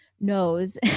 knows